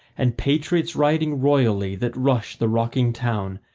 and patriots riding royally, that rush the rocking town,